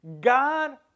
God